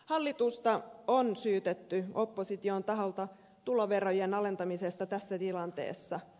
hallitusta on syytetty opposition taholta tuloverojen alentamisesta tässä tilanteessa